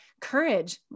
courage